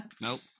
Nope